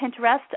Pinterest